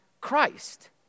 Christ